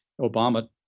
Obama